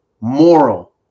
moral